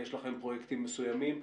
יש לכם פרויקטים מסוימים.